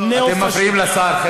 אתם מפריעים לשר.